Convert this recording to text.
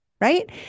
right